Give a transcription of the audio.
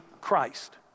Christ